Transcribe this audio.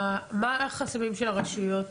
מה החסמים של הרשויות